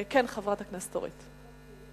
כן, חברת הכנסת אורית.